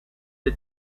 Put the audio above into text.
the